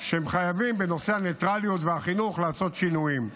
שהם חייבים בנושא הניטרליות והחינוך לעשות שינויים.